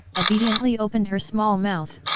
obediently opened her small mouth.